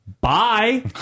Bye